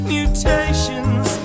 Mutations